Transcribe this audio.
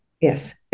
Yes